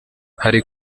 hari